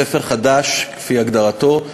ספר חדש כפי הגדרתו,